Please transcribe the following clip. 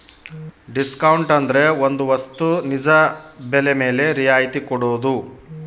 discount ಅಂದ್ರೆ ಒಂದ್ ವಸ್ತು ನಿಜ ಬೆಲೆ ಮೇಲೆ ರಿಯಾಯತಿ ಕೊಡೋದು